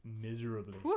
miserably